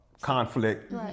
Conflict